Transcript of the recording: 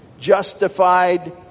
justified